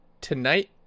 tonight